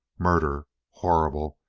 murder, horrible,